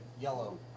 yellow